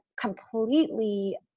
completely